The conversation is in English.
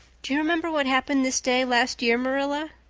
do you remember what happened this day last year, marilla?